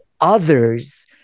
others